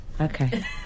Okay